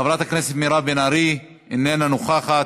חברת הכנסת מירב בן ארי, אינה נוכחת.